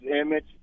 image